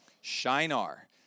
Shinar